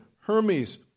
Hermes